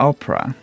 Opera